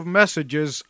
messages